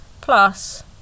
Plus